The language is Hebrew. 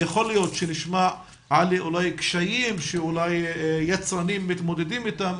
יכול להיות שנשמע על אולי קשיים שיצרנים מתמודדים איתם,